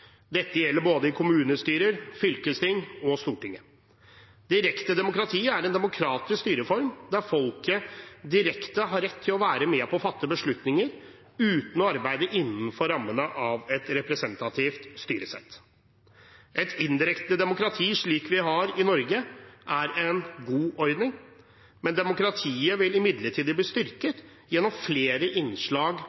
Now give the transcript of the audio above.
Dette gjelder i både kommunestyrer, fylkesting og Stortinget. Direkte demokrati er en demokratisk styreform der folket direkte har rett til å være med på å fatte beslutninger uten å arbeide innenfor rammene av et representativt styresett. Et indirekte demokrati, slik vi har i Norge, er en god ordning, men demokratiet vil imidlertid bli